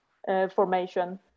formation